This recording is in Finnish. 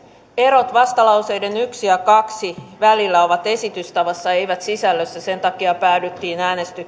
erot vastalauseiden yksi ja kahdella välillä ovat esitystavassa eivät sisällössä sen takia päädyttiin äänestyttämään